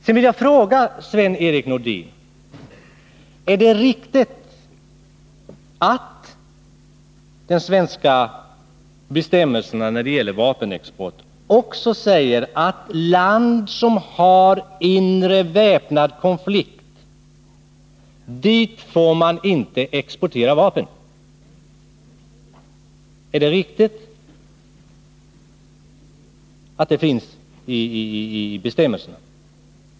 Jag vill fråga Sven-Erik Nordin: Är det riktigt att de svenska bestämmelserna när det gäller vapenexport också säger att export av vapen inte får ske till land som har inre väpnad konflikt?